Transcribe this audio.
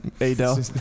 Adele